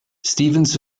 stephens